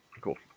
Cool